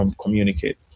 communicate